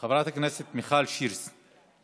חברת הכנסת מיכל שיר סגמן,